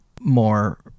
more